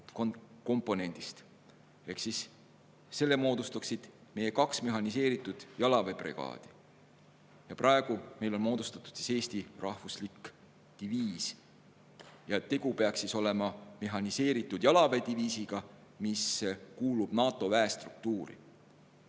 mõõgakomponendist, siis selle moodustaksid meie kaks mehhaniseeritud jalaväebrigaadi. Praegu on meil moodustatud Eesti rahvuslik diviis. Tegu peaks olema mehhaniseeritud jalaväediviisiga, mis kuulub NATO väestruktuuri.